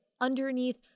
underneath